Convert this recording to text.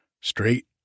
straight